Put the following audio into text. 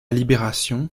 libération